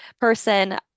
person